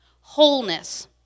wholeness